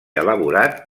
elaborat